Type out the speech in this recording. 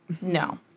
No